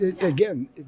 again